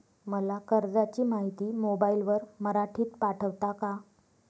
मला कर्जाची माहिती मोबाईलवर मराठीत पाठवता का?